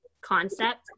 concept